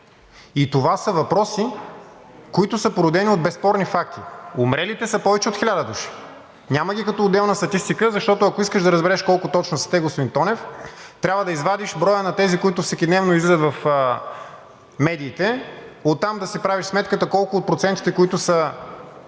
И това са въпроси, които са породени от безспорни факти. Умрелите са повече от 1000 души, няма ги като отделна статистика. Ако искаш да разбереш колко точно са те, господин Тонев, трябва да извадиш броя на тези, които всекидневно излизат в медиите, оттам да си правиш сметката колко от процентите, които са